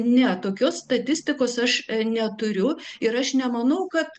ne tokios statistikos aš neturiu ir aš nemanau kad